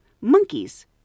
monkeys